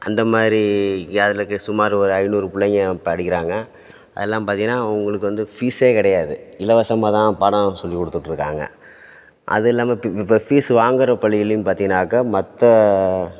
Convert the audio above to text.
அந்த மாதிரி என் அதில் இருக்கற சுமார் ஒரு ஐந்நூறு பிள்ளைங்க படிக்கிறாங்க அது இல்லாமல் பார்த்திங்கனா அவங்களுக்கு வந்து ஃபீஸே கிடையாது இலவசமாக தான் பாடம் சொல்லி கொடுத்துட்ருக்காங்க அது இல்லாமல் இப்போ இப்போ ஃபீஸ் வாங்குகிற பள்ளிகள்லையும் பார்த்தீங்கனாக்கா மற்ற